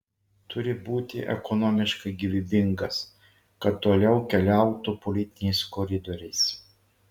turi būti ekonomiškai gyvybingas kad toliau keliautų politiniais koridoriais